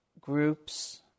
groups